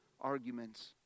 arguments